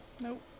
Nope